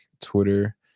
Twitter